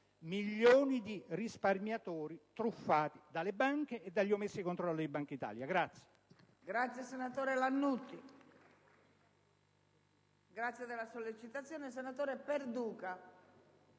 milioni di risparmiatori truffati dalle banche e dagli omessi controlli di Bankitalia.